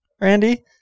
Randy